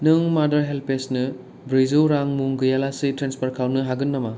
नों मादार हेल्पेजनो ब्रैजौ रां मुं गैयालासै ट्रेन्सफार खालामनो हागोन नामा